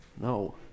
No